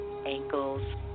ankles